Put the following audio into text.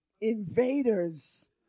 invaders